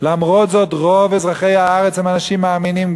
למרות זאת רוב אזרחי הארץ הם אנשים מאמינים,